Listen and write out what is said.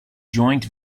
joint